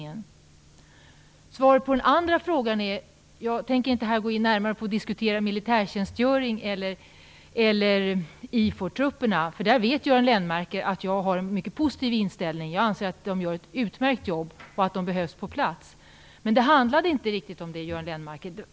När det gäller den andra frågan tänker jag inte här gå in närmare på att diskutera militärtjänstgöring eller IFOR-trupperna. Göran Lennmarker vet att jag har en mycket positiv inställning till dem. Jag anser att de gör ett utmärkt jobb och att de behövs på plats. Men det handlade inte riktigt om det, Göran Lennmarker.